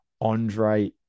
Andre